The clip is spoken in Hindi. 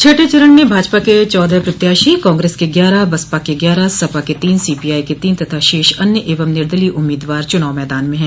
छठें चरण में भाजपा के चौदह प्रत्याशी कांग्रेस के ग्यारह बसपा के ग्यारह सपा के तीन सीपीआई के तीन तथा शेष अन्य एवं निर्दलीय उम्मीदवार चुनाव मैदान में हैं